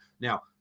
Now